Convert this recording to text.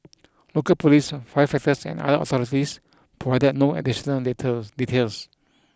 local police firefighters and other authorities provided no additional later details